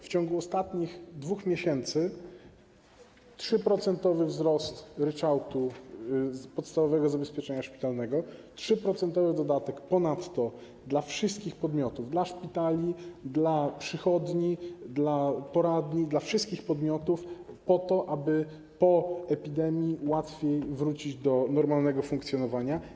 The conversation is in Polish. W ciągu ostatnich 2 miesięcy mamy 3-procentowy wzrost ryczałtu podstawowego zabezpieczenia szpitalnego, ponadto 3-procentowy dodatek dla wszystkich podmiotów: dla szpitali, dla przychodni, dla poradni, dla wszystkich podmiotów, po to aby po epidemii mogły łatwiej wrócić do normalnego funkcjonowania.